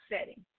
setting